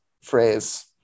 phrase